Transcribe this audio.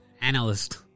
analyst